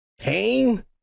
Pain